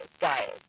guys